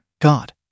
God